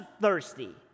thirsty